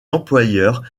employeurs